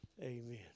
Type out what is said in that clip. Amen